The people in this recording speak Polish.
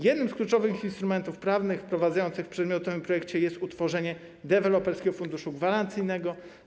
Jednym z kluczowych instrumentów prawnych wprowadzanych w przedmiotowym projekcie jest utworzenie Deweloperskiego Funduszu Gwarancyjnego.